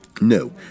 No